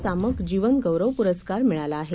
सामकजीवनगौरवपुरस्कारमिळालाआहे